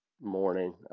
morning